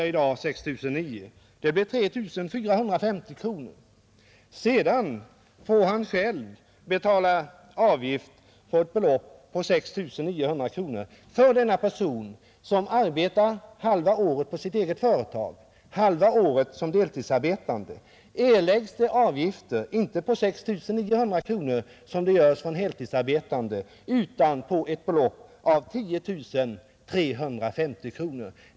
Arbetsgivaren får således betala avgift på 3 450 kronor. Sedan får han själv betala avgift för ett belopp på 6 900 kronor, om han har denna inkomst från eget företag. För denna person, som arbetar halva året på sitt eget företag och halva året som deltidsanställd, erläggs alltså avgifter inte för 6 900 kronor, som för heltidsarbetande, utan för ett belopp av 10 350 kronor.